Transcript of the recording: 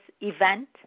event